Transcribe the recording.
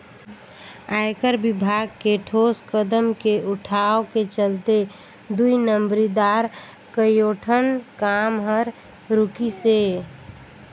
आयकर विभाग के ठोस कदम के उठाव के चलते दुई नंबरी दार कयोठन काम हर रूकिसे